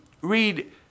read